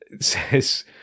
says